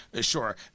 sure